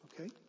okay